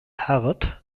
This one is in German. hart